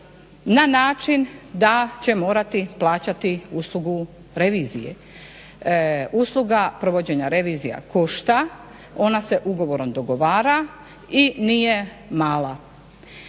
na način da će morati plaćati uslugu revizije. Usluga provođenja revizija košta, ona se ugovorom dogovara i nije mala.